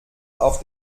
auf